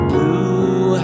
Blue